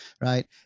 right